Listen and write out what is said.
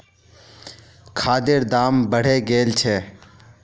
खादेर दाम बढ़े गेल छे